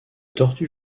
tortues